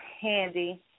handy